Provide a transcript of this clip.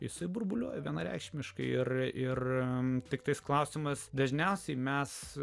jisai burbuliuoja vienareikšmiškai ir tiktais klausimas dažniausiai mes